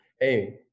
hey